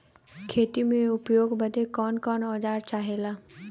खेती में उपयोग बदे कौन कौन औजार चाहेला?